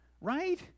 right